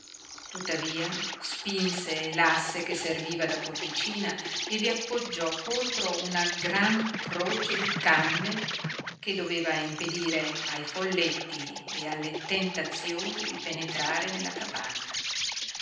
tuttavia spinse l'asse che serviva da porticina e vi appoggiò contro una gran croce di canne che doveva impedire ai folletti e alle tentazioni di penetrare nella capanna